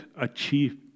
achieve